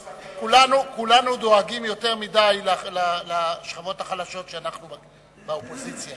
כולנו דואגים יותר מדי לשכבות החלשות כשאנחנו באופוזיציה.